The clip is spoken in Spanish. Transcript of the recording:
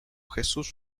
jesús